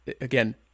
again